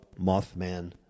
Mothman